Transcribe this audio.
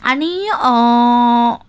आनी